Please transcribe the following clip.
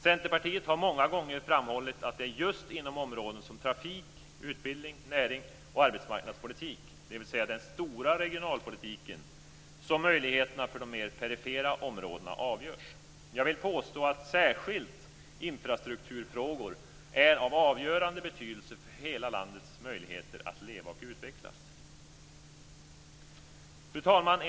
Centerpartiet har många gånger framhållit att det är just inom områden som trafik-, utbildnings-, närings och arbetsmarknadspolitik, dvs. den stora regionalpolitiken, som möjligheterna för de mer perifera områdena avgörs. Jag vill påstå att särskilt infrastrukturfrågor är av avgörande betydelse för hela landets möjligheter att leva och utvecklas. Fru talman!